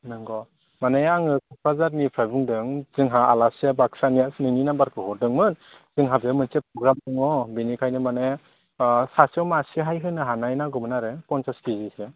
नोंगौ माने आङो 'कक्राझारनिफ्राय बुंदों जोंहा आलासिया बाकसानिया नोंनि नाम्बारखौ हरदोंमोन जोंहा बे मोनसे प्रग्राम दङ बेनिखायनो माने सासेयाव मासेहाय होनो हानाय नांगौमोन आरो पन्सास केजिसो